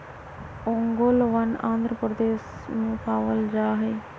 ओंगोलवन आंध्र प्रदेश में पावल जाहई